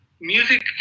Music